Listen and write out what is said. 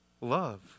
love